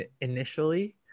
initially